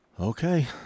Okay